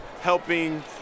helping